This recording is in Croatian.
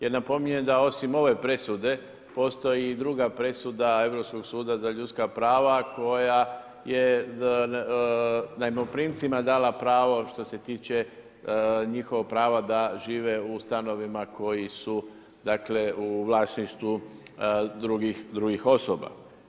Jer napominjem da osim ove presude postoji i druga presuda Europskog suda za ljudska prava koja je najmoprimcima dala pravo, što se tiče njihovo pravo da žive u stanovima, koji su u vlasništvu drugih osoba.